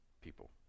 people